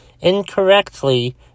incorrectly